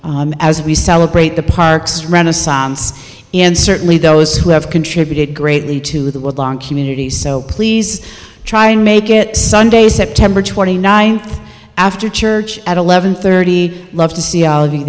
day as we celebrate the park's renaissance and certainly those who have contributed greatly to the community so please try and make it sunday september twenty ninth after church at eleven thirty love to see